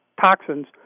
toxins